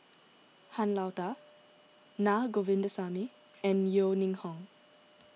Han Lao Da Naa Govindasamy and Yeo Ning Hong